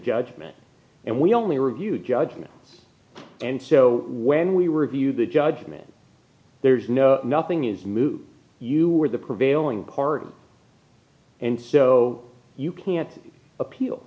judgement and we only review judgments and so when we review the judgement there's no nothing is moot you are the prevailing party and so you can't